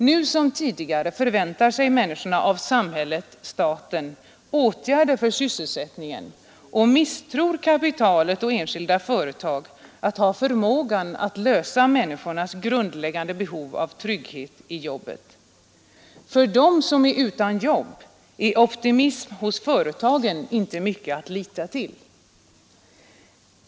Nu som tidigare förväntar sig människorna av samhället-staten åtgärder för sysselsättningen och misstror kapitalet och enskilda företag att ha förmågan att tillgodose människornas grundläggande behov av trygghet i jobbet. För dem som är utan jobb är ”optimism” hos företagen inte mycket att lita till.